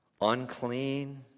unclean